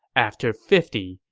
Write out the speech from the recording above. after fifty,